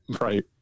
Right